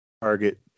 Target